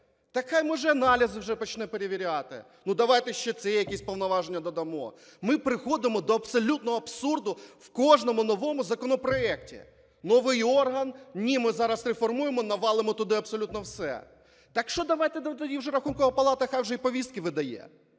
Так хай, може, аналізи вже почне перевіряти, давайте ще ці якісь повноваження додамо. Ми приходимо до абсолютного абсурду в кожному новому законопроекті. Новий орган, ні, ми зараз реформуємо, навалимо туди абсолютно все. Так що давайте тоді вже Рахункова палата хай вже і повістки видає.